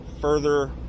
further